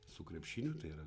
su krepšiniu tai yra